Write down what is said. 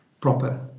proper